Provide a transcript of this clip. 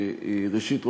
ראשית,